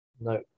no